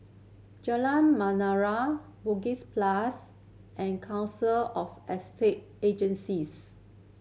Jalan Menarong Bugis Plus and Council of Estate Agencies